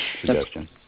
suggestion